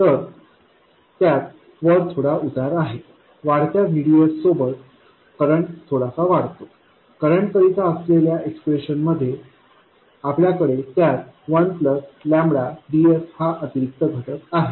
तर त्यात वर थोडा उतार आहे वाढत्या VDSसोबत करंट थोडासा वाढतो करंट करिता असलेल्या एक्सप्रेशन मध्ये आपल्याकडे त्यात 1 VDS हा अतिरिक्त घटक आहे